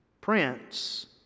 Prince